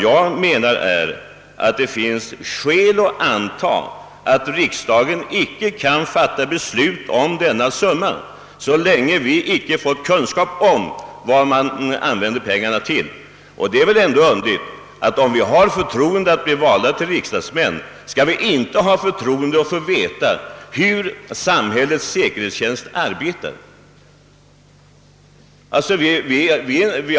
Jag menar alltså att det finns skäl att antaga att riksdagen inte kan fatta be slut om denna summa, så länge vi inte har fått kunskap om vad pengarna användes till. Det är väl ändå underligt att vi, när vi har förtroendet att bli valda till riksdagsmän, inte visas förtroendet att få veta hur samhällets säkerhetstjänst arbetar.